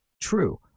True